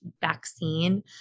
vaccine